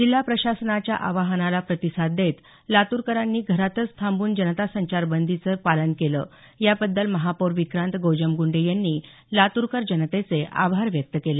जिल्हा प्रशासनाच्या आवाहनाला प्रतिसाद देत लातूरकरांनी घरातच थांबून जनता संचारबंदीचं पालन केलं याबद्दल महापौर विक्रांत गोजमगुंडे यांनी लातूरकर जनतेचे आभार व्यक्त केले